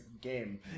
game